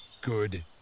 good